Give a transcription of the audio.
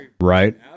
right